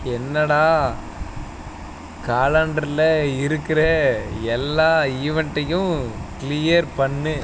என்னடா காலண்டரில் இருக்கிற எல்லா ஈவெண்டையும் க்ளீயர் பண்ணு